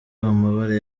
amabara